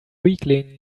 weakling